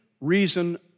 reason